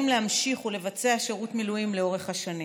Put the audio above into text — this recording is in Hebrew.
להמשיך ולבצע שירות מילואים לאורך השנים.